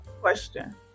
question